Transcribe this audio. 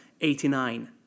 89